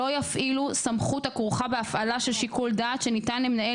ולא יפעילו סמכות הכרוכה בהפעלה של שיקול דעת שניתן למנהל